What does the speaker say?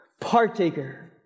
partaker